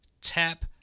tap